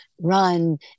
run